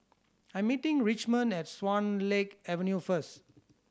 I'm meeting Richmond at Swan Lake Avenue first